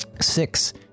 Six